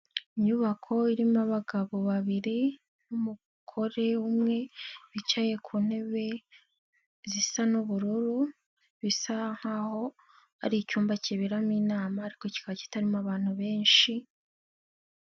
Inyubako irimo abagabo babiri n'umugore umwe, bicaye ku ntebe zisa n'ubururu, bisa nkaho ari icyumba kiberamo inama ariko kikaba kitarimo abantu benshi.